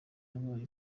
yabaye